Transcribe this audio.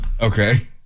Okay